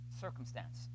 circumstance